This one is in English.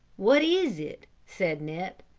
what is it? said nip.